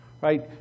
Right